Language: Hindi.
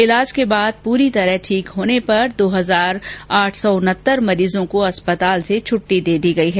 इलाज के बाद पुरी तरह ठीक होने पर दो हजार आठ सौ उनहतर मरीजों को अस्पताल से छट्टी दे दी गयी है